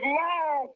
long